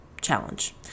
challenge